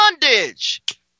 bondage